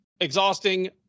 Exhausting